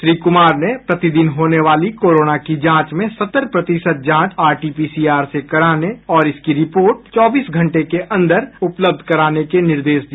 श्री कुमार ने प्रतिदिन होने वाले कोरोना जांच में सत्तर प्रतिशत जांच आरटीपीसीआर से कराने और इसकी रिपोर्ट चौबीस घंटे के अन्दर उपलब्ध कराने को कहा